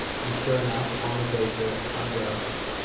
and sure enough on the glacier, unroped,